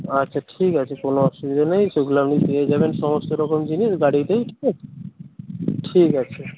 আচ্ছা ঠিক আছে কোনও অসুবিধা নেই সেগুলো আপনি পেয়ে যাবেন সমস্ত রকম জিনিস বাড়িতেই ঠিক আছে ঠিক আছে